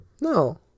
No